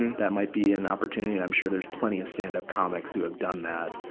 and that might be an opportunity. and i'm sure there's plenty of stand-up comics who have done that.